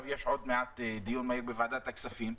יש עוד מעט דיון מהיר בוועדת הכספים,